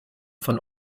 von